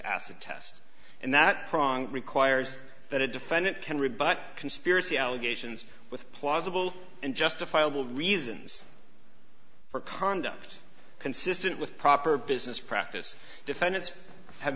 acid test and that prong requires that a defendant can rebut conspiracy allegations with plausible and justifiable reasons for conduct consistent with proper business practice defendants have